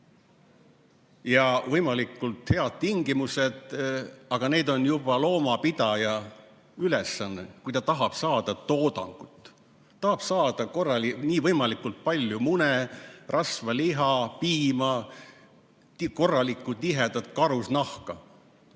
võimalikult head elutingimused. Aga nende tagamine on juba loomapidaja ülesanne, kui ta tahab saada toodangut, tahab saada võimalikult palju mune, rasva, liha, piima, korralikku tihedat karusnahka.